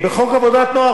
בחוק עבודת הנוער,